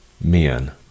men